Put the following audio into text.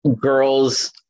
girls